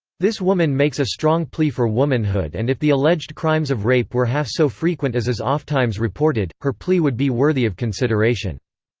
this woman makes a strong plea for womanhood and if the alleged crimes of rape were half so frequent as is oftimes reported, her plea would be worthy of consideration.